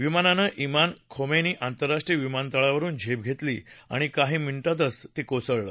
विमानानं ञाम खोमैनी आंतरराष्ट्रीय विमानतळावरून झेप घेतली आणि काही मिनिटातच ते कोसळलं